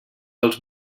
als